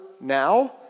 now